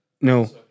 No